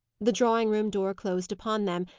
the drawing-room door closed upon them,